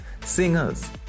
singers